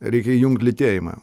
reikia įjungt lytėjimą